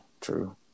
true